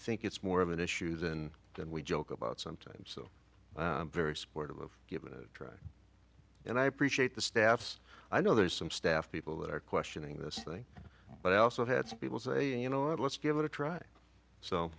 think it's more of an issues and then we joke about sometimes so very supportive of give it a try and i appreciate the staff's i know there's some staff people that are questioning this thing but i also had some people say you know let's give it a try so